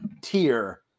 tier